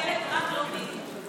"ממשלת רק לא ביבי".